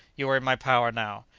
you are in my power now!